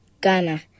Ghana